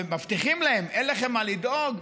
ומבטיחים להם: אין לכם מה לדאוג,